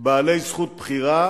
בעלי זכות בחירה